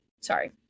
Sorry